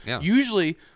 Usually